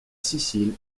sicile